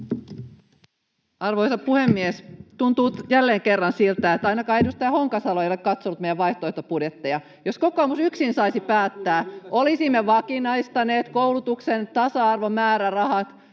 Arvoisa puhemies! Tuntuu jälleen kerran siltä, että ainakaan edustaja Honkasalo ei ole katsonut meidän vaihtoehtobudjettejamme. Jos kokoomus yksin saisi päättää, [Kimmo Kiljusen välihuuto] olisimme vakinaistaneet koulutuksen tasa-arvomäärärahat